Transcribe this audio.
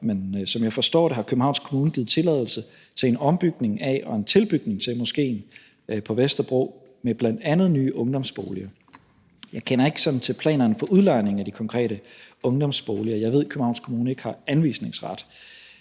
men som jeg forstår det, har Københavns Kommune givet tilladelse til en ombygning af og en tilbygning til moskéen på Vesterbro med bl.a. nye ungdomsboliger. Jeg kender ikke til planerne for udlejning af de konkrete ungdomsboliger, men jeg ved, at Københavns Kommune ikke har anvisningsret,